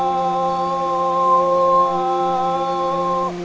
um oh,